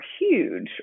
huge